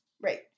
Right